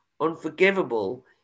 unforgivable